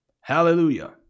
Hallelujah